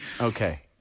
Okay